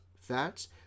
fats